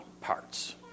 parts